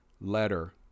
letter